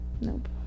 nope